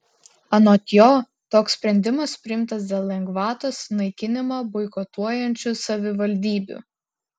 anot jo toks sprendimas priimtas dėl lengvatos naikinimą boikotuojančių savivaldybių